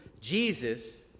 Jesus